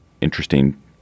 interesting